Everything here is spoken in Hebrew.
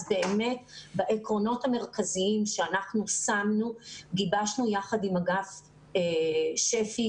אז באמת העקרונות המרכזיים שאנחנו שמנו וגיבשנו עם אגף שפ"י,